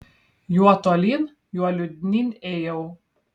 juo tolyn juo liūdnyn ėjau